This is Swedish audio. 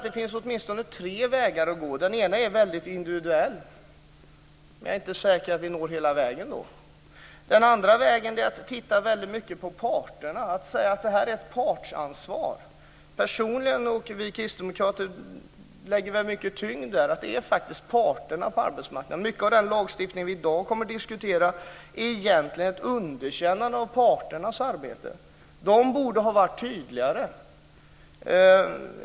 Det finns åtminstone tre vägar att gå. Den första är väldigt individuell, och jag är inte säker på att vi på den når ända fram. Den andra vägen är att lägga över mycket på parterna och säga att det är fråga om ett partsansvar. Vi kristdemokrater lägger stor tyngd vid parterna på arbetsmarknaden. Mycket av den lagstiftning som vi i dag kommer att diskutera innebär egentligen ett underkännande av parternas arbete. De borde ha varit tydligare.